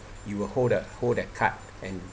you will hold the hold the card and